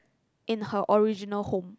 in her original home